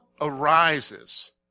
arises